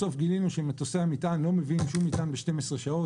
בסוף גילינו שמטוסי המטען לא מביאים שום מטען ב-12 שעות.